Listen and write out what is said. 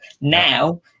now